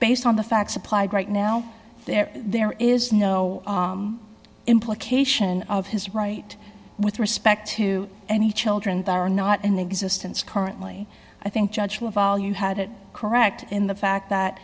based on the facts applied right now there there is no implication of his right with respect to any children that are not in existence currently i think judge of all you had it correct in the fact that